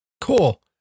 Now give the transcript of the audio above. Cool